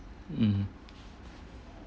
mmhmm